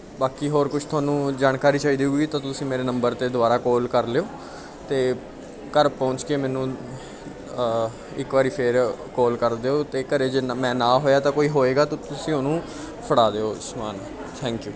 ਬਾਕੀ ਹੋਰ ਕੁਛ ਤੁਹਾਨੂੰ ਜਾਣਕਾਰੀ ਚਾਹੀਦੀ ਹੋਊਗੀ ਤਾਂ ਤੁਸੀਂ ਮੇਰੇ ਨੰਬਰ 'ਤੇ ਦੁਬਾਰਾ ਕਾਲ ਕਰ ਲਿਓ ਅਤੇ ਘਰ ਪਹੁੰਚ ਕੇ ਮੈਨੂੰ ਇੱਕ ਵਾਰੀ ਫਿਰ ਕਾਲ ਕਰ ਦਿਓ ਅਤੇ ਘਰ ਜੇ ਮੈਂ ਨਾ ਹੋਇਆ ਤਾਂ ਕੋਈ ਹੋਏਗਾ ਤਾਂ ਤੁਸੀਂ ਉਹਨੂੰ ਫੜਾ ਦਿਓ ਸਮਾਨ ਥੈਂਕ ਯੂ